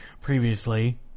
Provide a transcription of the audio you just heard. previously